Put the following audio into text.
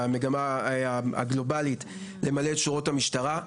הממה הגלובלית, למלא את שורות המשטרה.